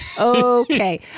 okay